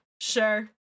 sure